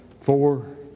four